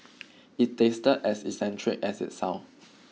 it tasted as eccentric as it sound